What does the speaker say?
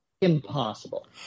Impossible